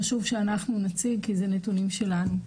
חשוב שאנחנו נציג כי זה נתונים שלנו.